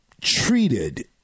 treated